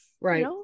right